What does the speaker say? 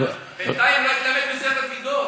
אבל בינתיים בוא תלמד מספר מידות,